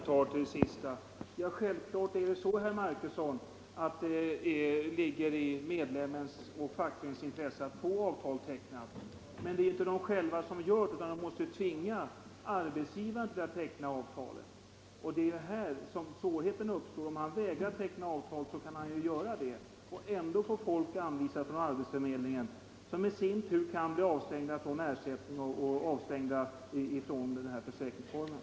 Herr talman! Självklart ligger det i medlemmens och fackföreningens intresse att få ett avtal tecknat. Men det är inte de själva som kan bestämma det. Om arbetsgivaren vägrar att teckna avtal kan han göra det och ändå få folk anvisat från arbetsförmedlingen. Det är dessa människor som sedan kan bli avstängda från den här försäkringsformen.